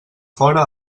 fora